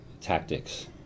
tactics